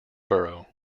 borough